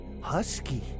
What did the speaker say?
husky